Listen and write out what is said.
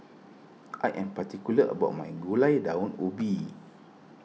I am particular about my Gulai Daun Ubi